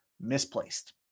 misplaced